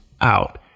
out